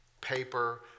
paper